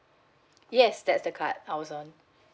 yes that's the card I was on